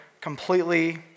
completely